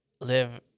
live